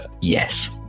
Yes